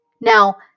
now